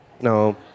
No